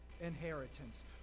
inheritance